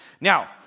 Now